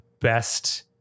best